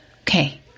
Okay